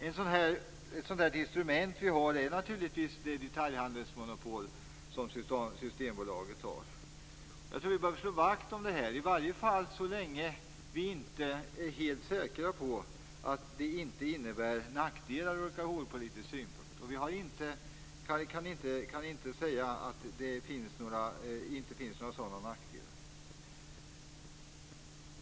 Ett instrument som vi har är det detaljhandelsmonopol som Systembolaget har. Vi bör slå vakt om detta, i alla fall så länge som vi inte är helt säkra på att det inte innebär nackdelar från alkoholpolitisk synpunkt. Man kan inte säga att det inte finns några sådana nackdelar.